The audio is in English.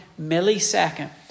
millisecond